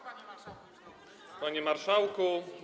Panie Marszałku!